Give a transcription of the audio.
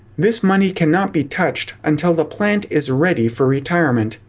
this money can not be touched until the plant is ready for retirement.